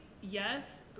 yes